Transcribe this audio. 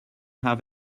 have